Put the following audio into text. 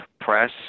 press